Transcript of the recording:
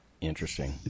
Interesting